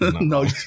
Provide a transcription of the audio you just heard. no